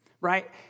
right